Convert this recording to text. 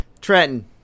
trenton